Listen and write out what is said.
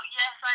yes